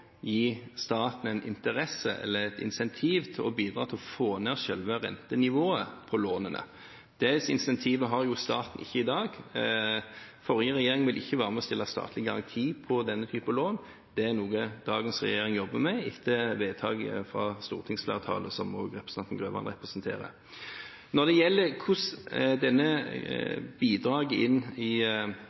gi staten en interesse eller et incentiv til å bidra til å få ned selve rentenivået på lånene. Det incentivet har ikke staten i dag. Forrige regjering ville ikke være med å stille statlig garanti på denne typen lån. Det er noe dagens regjering jobber med etter vedtaket fra stortingsflertallet, som også representanten Grøvan representerer. Når det gjelder hvordan dette bidraget til de ulike bompengeprosjektene fordeles, har vi sagt at i